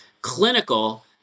clinical